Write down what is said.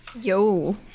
Yo